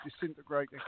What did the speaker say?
disintegrating